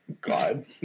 God